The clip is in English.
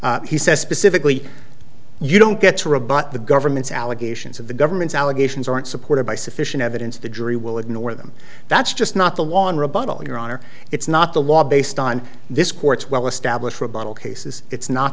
way he says specifically you don't get to rebut the government's allegations of the government's allegations aren't supported by sufficient evidence the jury will ignore them that's just not the law in rebuttal your honor it's not the law based on this court's well established rebuttal cases it's not